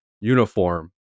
uniform